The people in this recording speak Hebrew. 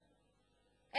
בשועפאט.